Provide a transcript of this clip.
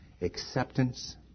acceptance